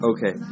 Okay